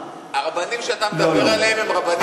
הרבנים שאתה מדבר עליהם הם רבנים בקהילות.